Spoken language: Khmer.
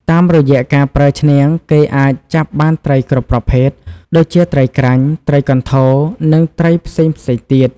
តាមរយៈការប្រើឈ្នាង គេអាចចាប់បានត្រីគ្រប់ប្រភេទ ដូចជាត្រីក្រាញ់ ត្រីកន្ធរ និងត្រីផ្សេងៗទៀត។